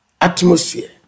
Atmosphere